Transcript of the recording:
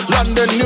London